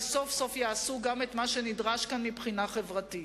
וסוף-סוף יעשו גם את מה שנדרש כאן מבחינה חברתית.